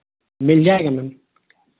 मिल जाएगा मैम